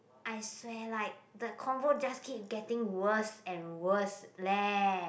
I swear like the convo just keep getting worse and worse leh